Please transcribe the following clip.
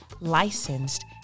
licensed